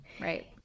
right